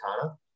katana